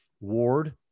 Ward